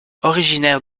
originaire